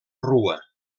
rua